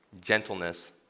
gentleness